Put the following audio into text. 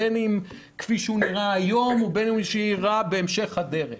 בין אם כפי שהוא נראה היום ובין אם כפי שייראה בהמשך הדרך.